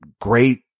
great